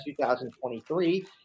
2023